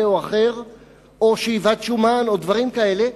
או אחר או שאיבת שומן או דברים כאלה,